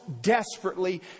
desperately